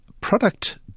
product